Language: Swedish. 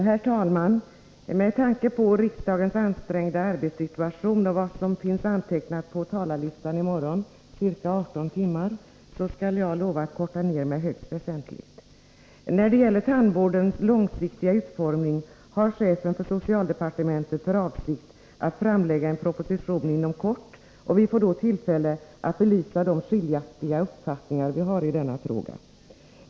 Herr talman! Med tanke på riksdagens ansträngda arbetssituation — bl.a. är det antecknat 18 timmar på talarlistan för morgondagens löntagarfondsdebatt — lovar jag att korta ned mitt anförande högst väsentligt. När det gäller tandvårdens långsiktiga utformning har chefen för socialdepartementet för avsikt att framlägga en proposition inom kort. Vi får då tillfälle att belysa de skiljaktiga uppfattningar som vi har i denna fråga.